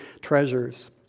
treasures